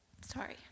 Sorry